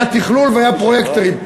היה תכלול והיו פרויקטורים.